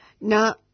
Now